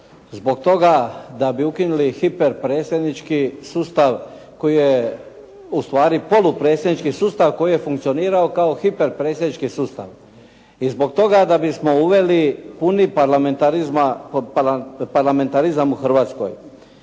zbog toga da bi ukinuli hiperpredsjednički sustav koji je ustvari polupredsjednički sustav koji je funkcionirao kao hiperpredsjednički sustav i zbog toga da bismo uveli puni parlamentarizma,